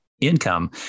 income